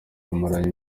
bamaranye